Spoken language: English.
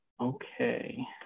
Okay